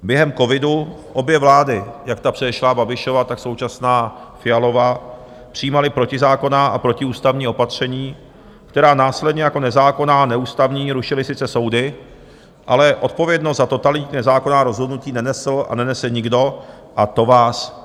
Během covidu obě vlády, jak ta předešlá Babišova, tak současná Fialova, přijímaly protizákonná a protiústavní opatření, která následně jako nezákonná, neústavní rušily sice soudy, ale odpovědnost za totalitní nezákonná rozhodnutí nenesl a nenese nikdo, a to vás navnadilo.